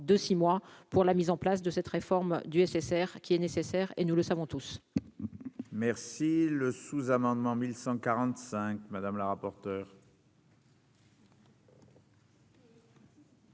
de 6 mois pour la mise en place de cette réforme du SSR qui est nécessaire et nous le savons tous. Merci le sous-amendement 1145 madame la rapporteure.